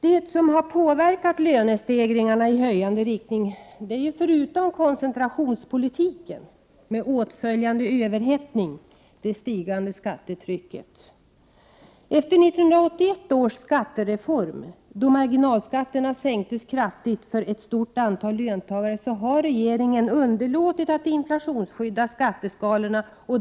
Vad som har påverkat lönestegringarna är — förutom koncentrationspolitik med åtföljande överhettning — det stigande skattetrycket. Efter 1981 års skattereform då marginalskatterna sänktes kraftigt för ett stort antal löntagare har regeringen underlåtit att inflationsskydda skatteskalorna.